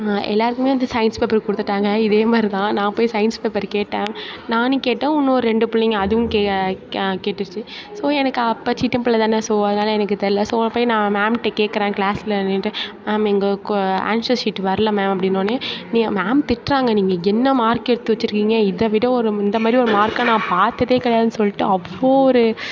எல்லாேருக்குமே வந்து science paper கொடுத்துட்டாங்க இதே மாதிரி தான் நான் போய் சயின்ஸ் பேப்பர் கேட்டேன் நானும் கேட்டேன் இன்னும் ஒரு ரெண்டு பிள்ளைங்க அதுவும் கேட்டுச்சு ஸோ எனக்கு அப்போ சின்ன பிள்ள தானே ஸோ அதனால எனக்கு தெரில ஸோ நான் போய் நான் மேம்கிட்ட கேட்குறேன் கிளாஸ்சில் நின்றிட்டு மேம் எங்கள் ஆன்சர் ஷீட்டு வரல மேம் அப்படின்னவோன்னே நீ மேம் திட்டுகிறாங்க நீங்கள் என்ன மார்க் எடுத்து வச்சுருக்கீங்க இதை விட ஒரு இந்த மாதிரி ஒரு மார்க்கை நான் பார்த்ததே கிடையாதுன்னு சொல்லிட்டு அவ்வளோ ஒரு